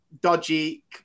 dodgy